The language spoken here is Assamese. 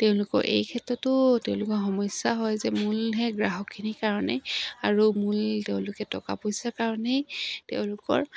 তেওঁলোকৰ এই ক্ষেত্ৰতো তেওঁলোকৰ সমস্যা হয় যে মূলহে গ্ৰাহখিনিৰ কাৰণেই আৰু মূল তেওঁলোকে টকা পইচাৰ কাৰণেই তেওঁলোকৰ